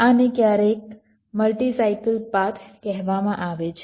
આને ક્યારેક multi cycle path કહેવામાં આવે છે